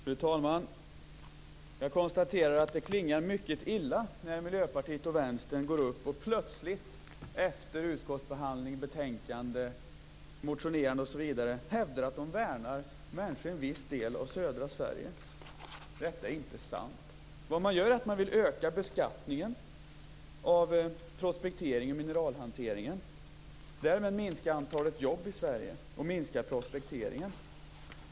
Fru talman! Jag konstaterar att det klingar mycket illa när Miljöpartiet och Vänstern plötsligt, efter utskottsbehandling av betänkandet, motionerande osv., hävdar att de värnar människor i en viss del av södra Sverige. Detta är inte sant. Man vill öka beskattningen av prospektering och mineralhantering. Därmed minskar antalet jobb i Sverige, och även prospekteringen minskar.